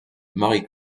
marie